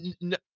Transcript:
no